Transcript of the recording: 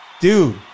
dude